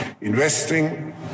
investing